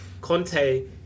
Conte